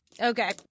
Okay